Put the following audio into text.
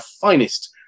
finest